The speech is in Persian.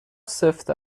سفت